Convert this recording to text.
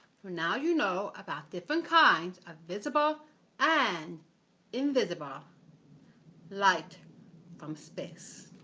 now you know about different kinds of visible and invisible light from space.